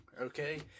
okay